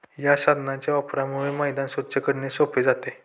या साधनाच्या वापरामुळे मैदान स्वच्छ करणे सोपे जाते